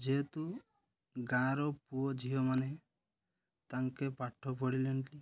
ଯେହେତୁ ଗାଁର ପୁଅ ଝିଅମାନେ ତାଙ୍କେ ପାଠ ପଢ଼ିଲେନି